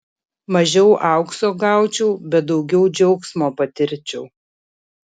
mažiau aukso gaučiau bet daugiau džiaugsmo patirčiau